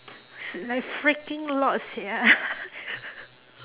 ~s like freaking lot sia